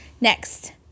Next